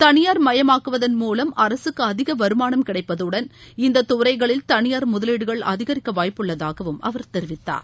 தனியார் மயமாக்குவதன் மூலம் அரசுக்கு அதிக வருமானம் கிடைப்பதுடன் இந்த துறைகளில் தனியார் முதலீடுகள் அதிகரிக்க வாய்ப்புள்ளதாகவும் அவர் தெரிவித்தார்